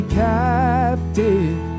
captive